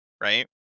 right